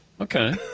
Okay